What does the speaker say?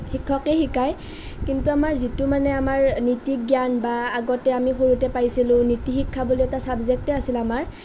শিক্ষকে শিকায় কিন্তু আমাৰ যিটো মানে আমাৰ নীতি জ্ঞান বা আগতে আমি সৰুতে পাইছিলোঁ নীতিশিক্ষা বুলি এটা চাব্জেক্টেই আছিল আমাৰ